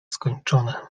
skończone